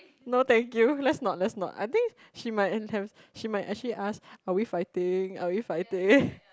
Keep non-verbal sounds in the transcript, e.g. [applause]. no thank you let's not let's not I think she might enhance she might actually asked are we fighting are we fighting [laughs]